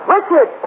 Richard